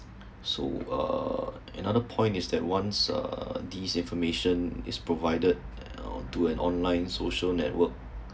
so uh another point is that once uh this information is provided do an online social work